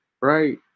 right